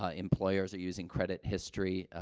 ah employers are using credit history, ah,